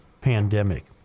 pandemic